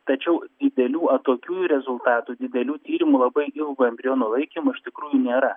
tačiau didelių atokiųjų rezultatų didelių tyrimų labai ilgo embriono laikymui iš tikrųjų nėra